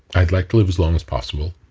i'd like to live as long as possible.